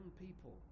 people